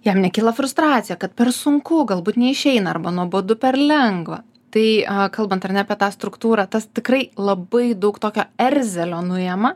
jam nekyla frustracija kad per sunku galbūt neišeina arba nuobodu per lengva tai kalbant ar ne apie tą struktūrą tas tikrai labai daug tokio erzelio nuema